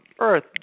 earth